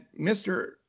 Mr